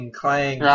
clang